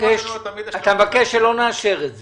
אתה מבקש שלא נאשר את זה.